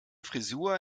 frisur